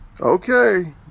Okay